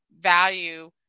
value